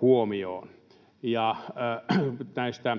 huomioon. Tästä